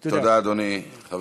אין לי ספק